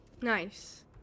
Nice